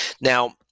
Now